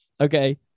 Okay